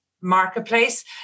marketplace